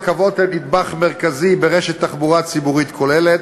רכבות הן נדבך מרכזי ברשת תחבורה ציבורית כוללת,